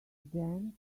them